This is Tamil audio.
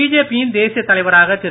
பிஜேபி யின் தேசிய தலைவராக திரு